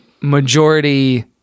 majority